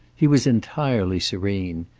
he was entirely serene.